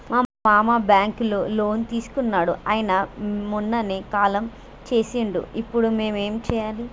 మా మామ బ్యాంక్ లో లోన్ తీసుకున్నడు అయిన మొన్ననే కాలం చేసిండు ఇప్పుడు మేం ఏం చేయాలి?